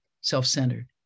self-centered